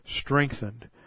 strengthened